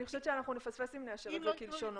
אני חושבת שאנחנו נפספס אם נאשר את זה כלשונו.